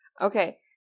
Okay